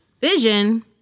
Vision